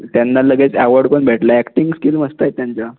त्यांना लगेच ॲवार्ड पण भेटला ॲक्टींग स्कील मस्त आहेत त्यांच्या